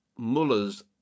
Muller's